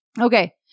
Okay